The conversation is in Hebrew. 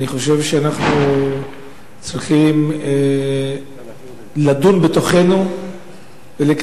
אני חושב שאנחנו צריכים לדון בינינו ולקיים